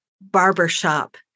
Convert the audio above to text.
barbershop